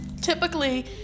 Typically